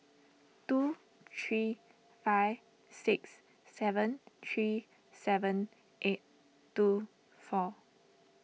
two three five six seven three seven eight two four